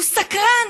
הוא סקרן.